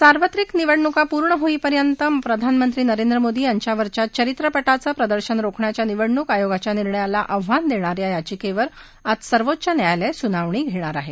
सार्वत्रिक निवडणुका पूर्ण होईपर्यंत प्रधानमंत्री नरेंद्र मोदी यांच्यावरच्या चरित्रपटाचे प्रदर्शन रोखण्याच्या निवडणूक आयोगाच्या निर्णयाला आव्हान देणाऱ्या याचिकेवर आज सर्वोच्च न्यायालय सुनावणी घेणार आहे